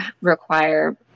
require